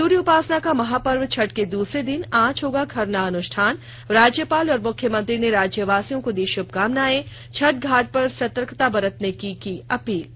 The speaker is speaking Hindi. सूर्य उपासना का महापर्व छठ के दूसरे दिन आज होगा खरना अनुष्ठान राज्यपाल और मुख्यमंत्री ने राज्यवासियों को दी शुभकामनाएं छठ घाट पर सतर्कता बरतने की अपील की